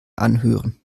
anhören